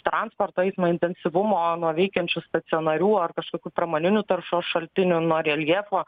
transporto eismo intensyvumo nuo veikiančių stacionarių ar kažkokių pramoninių taršos šaltinių nuo reljefo